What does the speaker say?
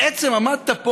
בעצם עמדת פה